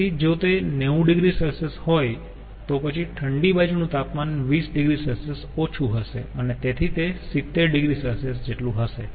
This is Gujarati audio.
તેથી જો તે 90 oC હોય તો પછી ઠંડી બાજુનું તાપમાન 20 oC ઓછું હશે અને તેથી તે 70 oC જેટલું હશે